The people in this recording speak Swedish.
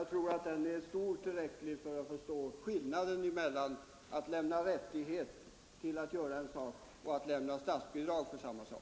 och tror att den är fullt tillräcklig för att han skall förstå skillnaden mellan att lämna rättighet att göra en sak och att lämna statsbidrag till samma sak.